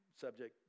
subject